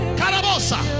carabosa